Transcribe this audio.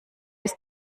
bis